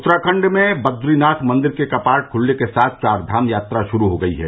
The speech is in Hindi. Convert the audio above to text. उत्तराखण्ड में बद्रीनाथ मंदिर के कपाट खुलने के साथ चार धाम यात्रा शुरू हो गई है